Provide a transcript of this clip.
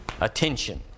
attention